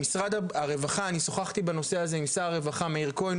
בנושא הזה שוחחתי גם עם שר הרווחה מאיר כהן,